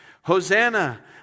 Hosanna